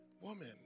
woman